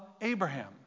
Abraham